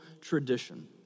tradition